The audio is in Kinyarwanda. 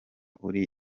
uri